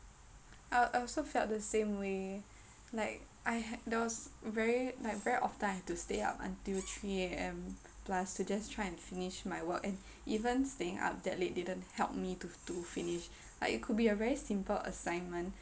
I also felt the same way like I had there was very like very often I have to stay up until three A_M plus to just try to finish my work and even staying up that late didn't help me to to finish like it could be a very simple assignment